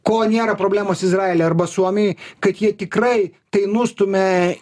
ko nėra problemos izraelyje arba suomijoj kad jie tikrai tai nustumia